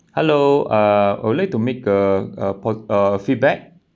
hello uh I would like to make a uh a~ a feedback